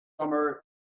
summer